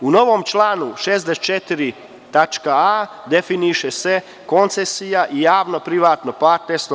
U novom članu 64a definiše se koncesija i javno-privatno partnerstvo.